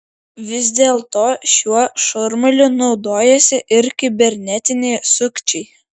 vis dėlto šiuo šurmuliu naudojasi ir kibernetiniai sukčiai